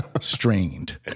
strained